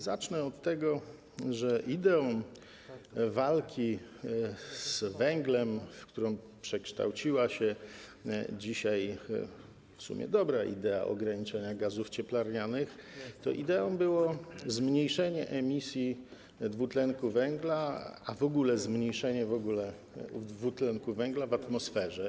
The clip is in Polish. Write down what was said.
Zacznę od tego, że ideą walki z węglem, w którą przekształciła się dzisiaj w sumie dobra idea ograniczenia gazów cieplarnianych, było zmniejszenie emisji dwutlenku węgla, a w ogóle zmniejszenie dwutlenku węgla w atmosferze.